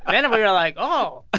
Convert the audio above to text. and we were like, oh,